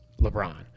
LeBron